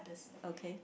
okay